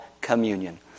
communion